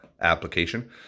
application